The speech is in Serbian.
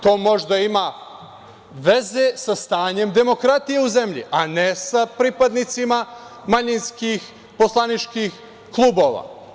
To možda ima veze sa stanjem demokratije u zemlji, a ne sa pripadnicima manjinskih poslaničkih klubova.